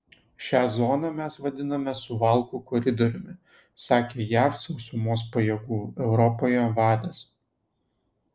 šią zoną mes vadiname suvalkų koridoriumi sakė jav sausumos pajėgų europoje vadas